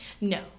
No